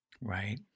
Right